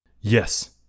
Yes